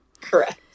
Correct